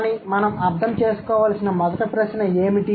కానీ మనం అర్థం చేసుకోవలసిన మొదటి ప్రశ్న ఏమిటి